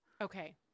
Okay